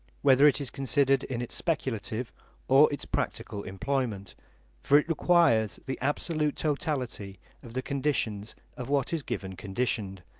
whether it is considered in its speculative or its practical employment for it requires the absolute totality of the conditions of what is given conditioned,